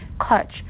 Clutch